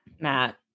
matt